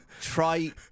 try